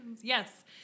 Yes